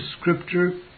Scripture